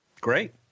great